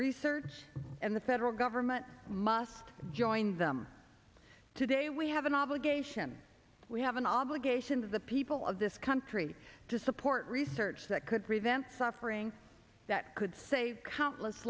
research and the federal government must join them today we have an obligation we have an obligation to the people of this country to support research that could prevent suffering that could save countless